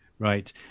Right